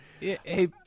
Hey